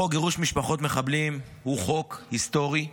חוק גירוש משפחות מחבלים הוא חוק היסטורי.